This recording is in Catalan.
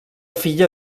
filla